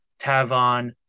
Tavon